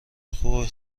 خوبی